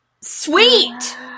Sweet